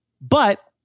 But-